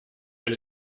eine